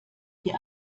die